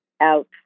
out